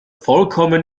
vollkommen